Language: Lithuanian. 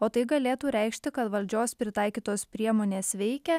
o tai galėtų reikšti kad valdžios pritaikytos priemonės veikia